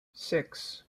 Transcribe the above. six